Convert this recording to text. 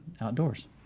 outdoors